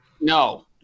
No